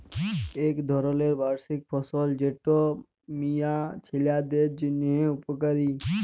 ইক ধরলের বার্ষিক ফসল যেট মিয়া ছিলাদের জ্যনহে উপকারি